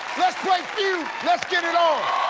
let's play feud! let's get it on!